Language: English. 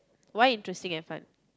why interesting and fun